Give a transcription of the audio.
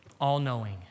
all-knowing